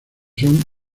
son